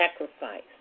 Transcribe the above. sacrifice